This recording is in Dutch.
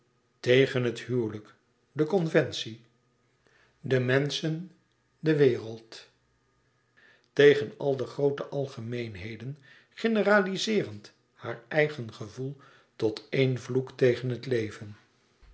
tegen het huwelijk de conventie de menschen de wereld tegen al de groote algemeenheden generalizeerend haar eigen gevoel tot eén vloek tegen het leven